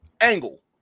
angle